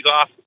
off